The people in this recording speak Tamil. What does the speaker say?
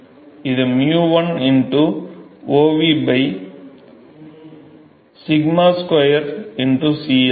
இது 𝞵 l o v 𝞼 ½ C ஆகும்